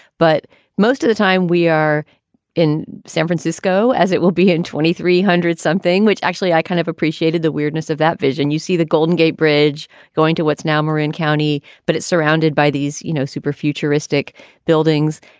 but most of the time we are in san francisco, as it will be in twenty three zero, something which actually i kind of appreciated the weirdness of that vision. you see the golden gate bridge going to what's now marin county, but it's surrounded by these, you know, super futuristic buildings.